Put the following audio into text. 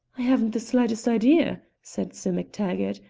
i haven't the slightest idea, said sim mactag-gart.